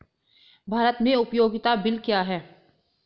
भारत में उपयोगिता बिल क्या हैं?